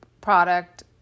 product